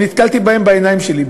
נתקלתי בהן וראיתי בעיניים שלי,